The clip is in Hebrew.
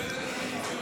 אני יודע את הנתונים,